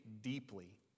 deeply